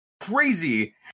crazy